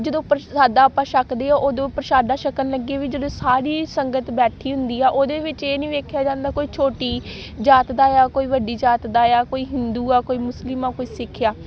ਜਦੋਂ ਪ੍ਰਸ਼ਾਦਾ ਆਪਾਂ ਛਕਦੇ ਹਾਂ ਉਦੋਂ ਪ੍ਰਸ਼ਾਦਾ ਛਕਣ ਲੱਗੇ ਵੀ ਜਦੋਂ ਸਾਰੀ ਸੰਗਤ ਬੈਠੀ ਹੁੰਦੀ ਆ ਉਹਦੇ ਵਿੱਚ ਇਹ ਨਹੀਂ ਵੇਖਿਆ ਜਾਂਦਾ ਕੋਈ ਛੋਟੀ ਜਾਤ ਦਾ ਆ ਕੋਈ ਵੱਡੀ ਜਾਤ ਦਾ ਆ ਕੋਈ ਹਿੰਦੂ ਆ ਕੋਈ ਮੁਸਲਿਮ ਆ ਕੋਈ ਸਿੱਖ ਆ